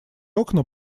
окна